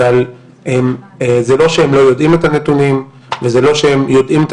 אבל זה לא שהם לא יודעים את הנתונים וזה לא שהם יודעים את